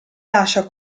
lascia